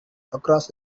across